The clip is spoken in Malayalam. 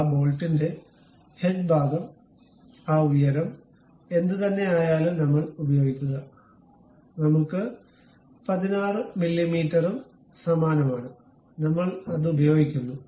ആ ബോൾട്ടിന്റെ ഹെഡ് ഭാഗം ആ ഉയരം എന്തുതന്നെയായാലും നമ്മൾ ഉപയോഗിക്കുക നമ്മൾക്ക് 16 മില്ലീമീറ്ററും സമാനമാണ് നമ്മൾ അത് ഉപയോഗിക്കുന്നു